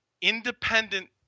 independent